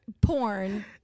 porn